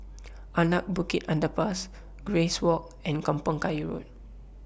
Anak Bukit Underpass Grace Walk and Kampong Kayu Road